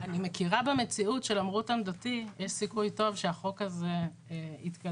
אני מכירה במציאות שלמרות עמדתי יש סיכוי טוב שהחוק הזה יתקדם,